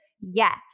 Yes